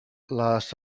les